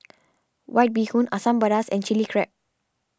White Bee Hoon Asam Pedas and Chilli Crab